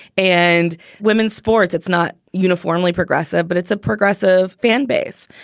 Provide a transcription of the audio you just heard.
and women's sports, it's not uniformly progressive but it's a progressive fan base.